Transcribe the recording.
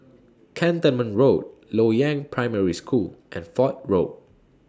Cantonment Road Loyang Primary School and Fort Road